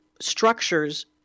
structures